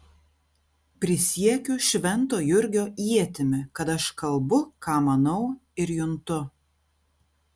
prisiekiu švento jurgio ietimi kad aš kalbu ką manau ir juntu